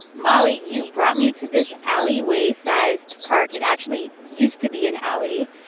molly, you brought me to this alleyway-sized park. it actually used to be an alley.